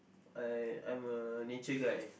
I I'm a nature guy